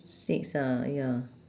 six ah ya